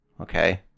Okay